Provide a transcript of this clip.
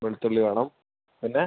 വെളുത്തുള്ളി വേണം പിന്നെ